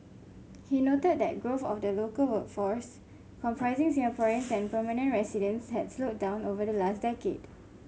he noted that growth of the local workforce comprising Singaporeans and permanent residents had slowed down over the last decade